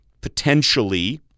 potentially